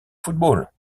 football